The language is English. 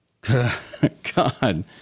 God